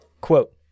Quote